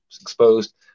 exposed